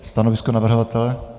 Stanovisko navrhovatele?